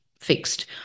fixed